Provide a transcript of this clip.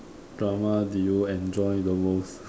drama do you enjoy the most